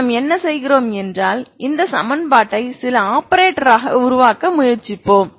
நாம் என்ன செய்கிறோம் என்றால் இந்த சமன்பாட்டை சில ஆபரேட்டராக உருவாக்க முயற்சிக்கிறோம்